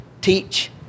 teach